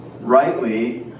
rightly